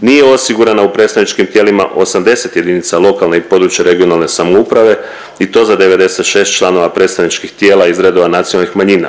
nije osigurana u predstavničkim tijelima 80 jedinica lokalne i područne (regionalne) samouprave i to za 96 članova predstavničkih tijela iz redova nacionalnih manjina.